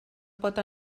pot